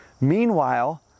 Meanwhile